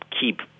keep